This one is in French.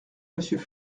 monsieur